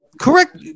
correct